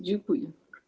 Dziękuję.